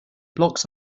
blocks